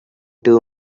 two